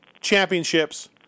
championships